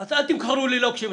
אז אל תמכרו לי לוקשים.